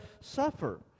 suffer